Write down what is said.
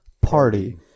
party